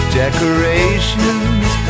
decorations